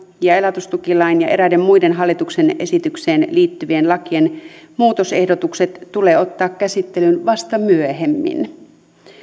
ja elatustukilain ja eräiden muiden hallituksen esitykseen liittyvien lakien muutosehdotukset tulee ottaa käsittelyyn vasta myöhemmin